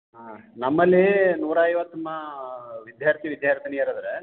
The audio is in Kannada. ಹಾಂ ನಮ್ಮಲ್ಲಿ ನೂರಾ ಐವತ್ತು ಮಾ ವಿದ್ಯಾರ್ಥಿ ವಿದ್ಯಾರ್ಥಿನಿಯರು ಇದರೆ